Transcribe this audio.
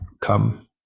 come